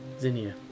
Zinnia